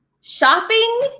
shopping